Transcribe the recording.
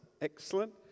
Excellent